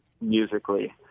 musically